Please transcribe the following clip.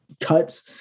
cuts